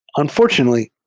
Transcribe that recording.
unfortunately,